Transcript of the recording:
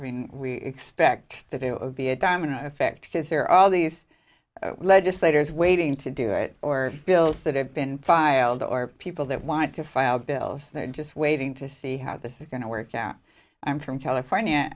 every we expect that it would be a domino effect because there are all these legislators waiting to do it or bills that have been filed or people that want to file bills they're just waiting to see how this is going to work out i'm from california